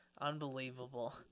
unbelievable